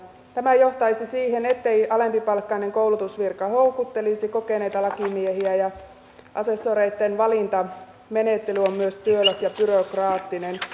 tämä johtaisi siihen ettei alempipalkkainen koulutusvirka houkuttelisi kokeneita lakimiehiä ja asessoreitten valintamenettely on myös työläs ja byrokraattinen